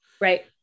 Right